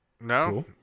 No